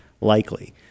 likely